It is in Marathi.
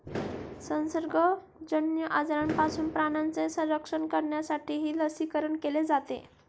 संसर्गजन्य आजारांपासून प्राण्यांचे संरक्षण करण्यासाठीही लसीकरण केले जाते